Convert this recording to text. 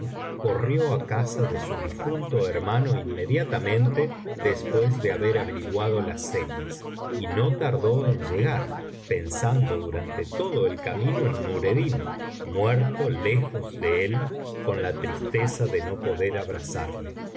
corrió á casa de su difunto hermano inmediatamente después de haber averiguado las señas y no tardó en llegar pensando durante todo el camino en nureddin muerto lejos de él con la tristeza de no poder abrazarle